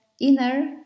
inner